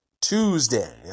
Tuesday